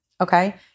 okay